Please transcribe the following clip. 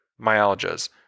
myalgias